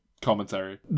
commentary